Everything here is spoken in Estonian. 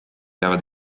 jäävad